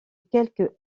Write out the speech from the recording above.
quelques